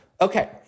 Okay